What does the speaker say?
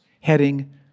heading